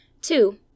Two